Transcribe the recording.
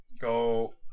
go